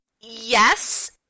Yes